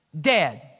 dead